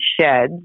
sheds